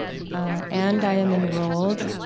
and i am enrolled.